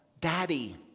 Daddy